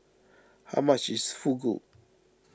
how much is Fugu